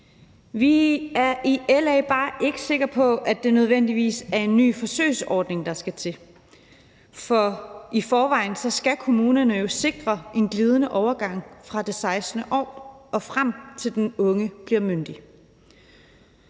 Vi er i LA bare ikke sikre på, at det nødvendigvis er en ny forsøgsordning, der skal til, for i forvejen skal kommunerne jo sikre en glidende overgang fra det 16. år, og frem til at den unge bliver myndig.